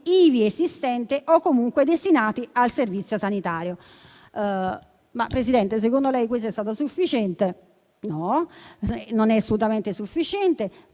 ivi esistenti o comunque destinati al servizio sanitario. Signora Presidente, secondo lei questo è stato sufficiente? No, non è assolutamente sufficiente.